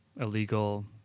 illegal